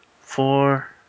four